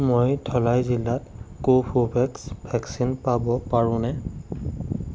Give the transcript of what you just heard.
মই ধলাই জিলাত Covovax vaccine পাব পাৰোনে